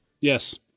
yes